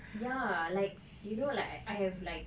ya like you know like I have like